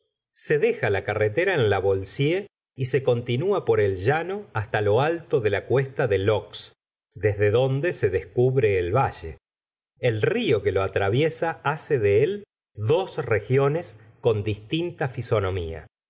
se deja la carretera en la boissiere y se continúa por el llano hasta lo alto de la cuesta de leux desde donde se descubre el valle el rio que lo atra gustavo flaubert hace de él dos regiones con dislinta